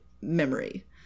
memory